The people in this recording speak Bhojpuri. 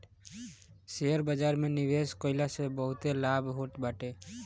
शेयर बाजार में निवेश कईला से बहुते लाभ होत बाटे